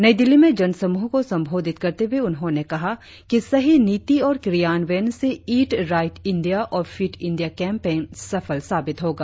नई दिल्ली में जनसमूह को संबोधित करते हुए उन्होंने कहा कि सही नीति और क्रियान्वयन से ईट राइट इंडिया और फिट इंडिया कैम्पेन सफल साबित होगा